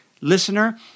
Listener